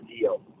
deal